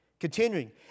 Continuing